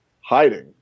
hiding